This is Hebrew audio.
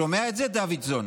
שומע את זה, דוידסון?